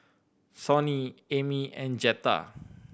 Sonny Emmy and Jetta